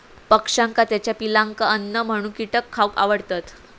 पक्ष्यांका त्याच्या पिलांका अन्न म्हणून कीटक खावक आवडतत